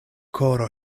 koro